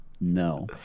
No